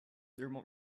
thermal